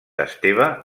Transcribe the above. esteve